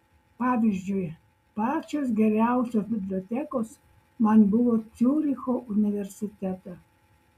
pavyzdžiui pačios geriausios bibliotekos man buvo ciuricho universitete